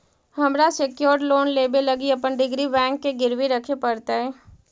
हमरा secured loan लेबे लागी अपन डिग्री बैंक के गिरवी रखे पड़तई